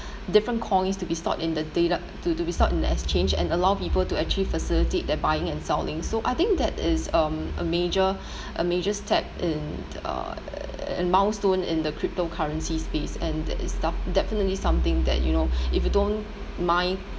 different coins to be stored in the data to to be stored in the exchange and allow people to actually facilitate their buying and selling so I think that is um a major a major step in uh milestone in the crypto currencies base and is def~ definitely something that you know if you don't mind